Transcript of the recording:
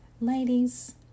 Ladies